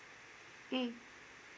mm